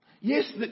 Yes